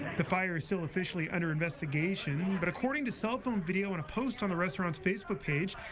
the fire is still officially under investigation, but, according to cell phone video and a post on the restaurant's facebook page,